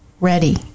ready